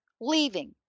Leaving